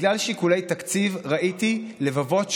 בגלל שיקולי תקציב ראיתי לבבות שבורים.